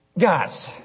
Guys